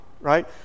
right